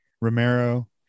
romero